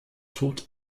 tod